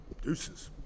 Deuces